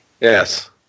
Yes